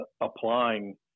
applying